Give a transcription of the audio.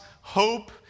hope